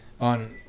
on